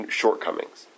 shortcomings